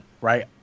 Right